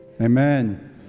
Amen